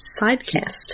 sidecast